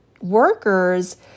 workers